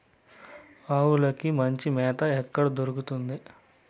ఆవులకి మంచి మేత ఎక్కడ దొరుకుతుంది?